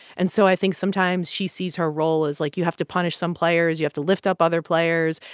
and so i think sometimes she sees her role as, like, you have to punish some players, you have to lift up other players,